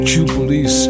Jubilee